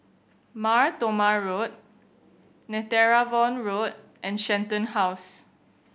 Mar Thoma Road Netheravon Road and Shenton House